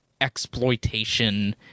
exploitation